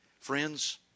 Friends